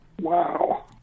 Wow